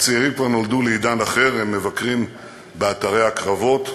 הצעירים כבר נולדו לעידן אחר: הם מבקרים באתרי הקרבות,